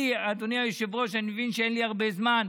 אדוני היושב-ראש, אני מבין שאין לי הרבה זמן,